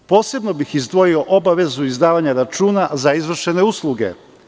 Posebno bih izdvojio obavezu izdavanja računa za izvršene usluge.